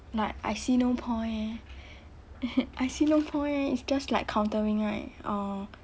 like I see no point eh I see no point eh it's just like countering right or